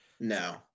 No